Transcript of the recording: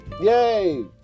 Yay